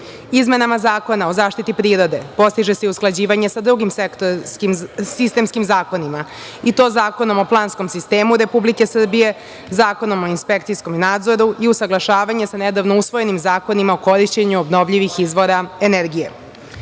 Zakona o zaštiti prirode postiže se i usklađivanje sa drugim sistemskim zakonima, i to Zakonom o planskom sistemu Republike Srbije, Zakonom o inspekcijskom nadzoru i usaglašavanje sa nedavno usvojenim zakonima o korišćenju obnovljivih izvora energije.